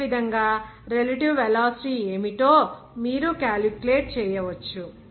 ఈ విధంగా relative velocity ఏమిటో మీరు క్యాలిక్యులేట్ చేయవచ్చు